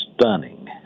stunning